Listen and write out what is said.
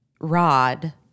rod